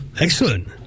excellent